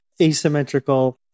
asymmetrical